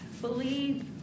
believe